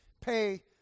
pay